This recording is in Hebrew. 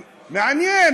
לא, מעניין.